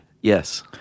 Yes